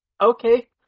okay